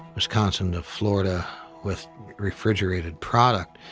wisconsin to florida with refrigerated product.